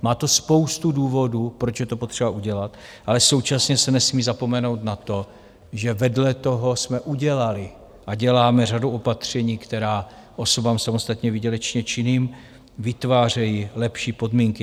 Má to spoustu důvodů, proč je to potřeba udělat, ale současně se nesmí zapomenout na to, že vedle toho jsme udělali a děláme řadu opatření, která osobám samostatně výdělečně činným vytvářejí lepší podmínky.